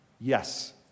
Yes